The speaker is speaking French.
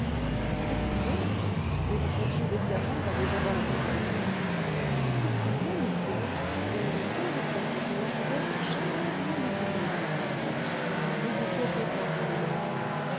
la misère et vous confiez des diamants à des gens dans la misère certainement monsieur et il est sans exemple qu'un lapidaire ait jamais rien détourné quoique ce soit un rude et pauvre état que le leur